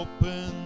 Open